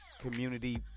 community